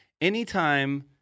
anytime